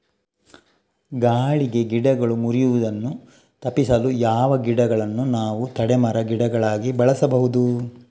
ಗಾಳಿಗೆ ಗಿಡಗಳು ಮುರಿಯುದನ್ನು ತಪಿಸಲು ಯಾವ ಗಿಡಗಳನ್ನು ನಾವು ತಡೆ ಮರ, ಗಿಡಗಳಾಗಿ ಬೆಳಸಬಹುದು?